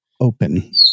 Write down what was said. open